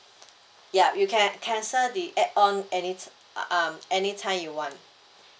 yup you can cancel the add-on anyt~ um anytime you want